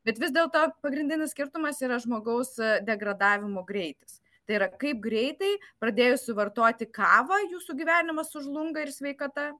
bet vis dėlto pagrindinis skirtumas yra žmogaus degradavimo greitis tai yra kaip greitai pradėjusių vartoti kavą jūsų gyvenimas sužlunga ir sveikata